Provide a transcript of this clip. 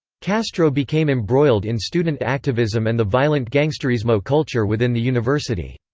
castro became embroiled in student activism and the violent gangsterismo culture within the university.